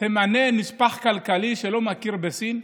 תמנה נספח כלכלי שלא מכיר בסין?